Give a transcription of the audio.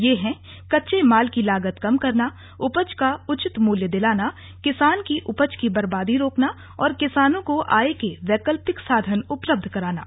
ये हैं कच्चे माल की लागत कम करना उपज का उचित मूल्य दिलाना किसान की उपज की बर्बादी रोकना और किसानों को आय के वैकल्पिक साधन उपलब्ध कराना